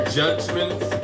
judgments